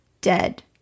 dead